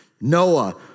Noah